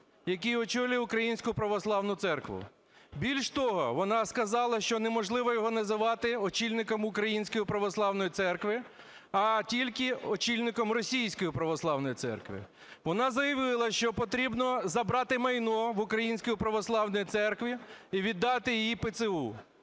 який очолює Українську Православну Церкву. Більш того, вона сказала, що неможливо його називати очільником Української Православної Церкви, а тільки очільником Російської Православної Церкви. Вона заявила, що потрібно забрати майно у Української Православної Церкви і віддати його ПЦУ.